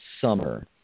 summer